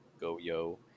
Goyo